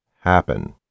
happen